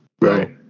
right